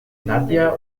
nadja